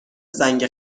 زنگ